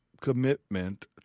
commitment